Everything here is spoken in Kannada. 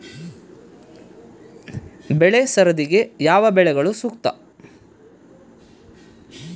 ಬೆಳೆ ಸರದಿಗೆ ಯಾವ ಬೆಳೆಗಳು ಸೂಕ್ತ?